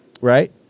right